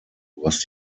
was